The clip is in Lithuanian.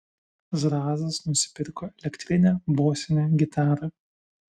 zrazas nusipirko elektrinę bosinę gitarą